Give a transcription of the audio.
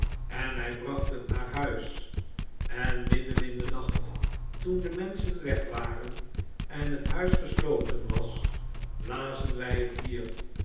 en hg bracht het naar huis en midden in den nacht toen de menschen weg waren en het huis gesloten was lazen wij het hier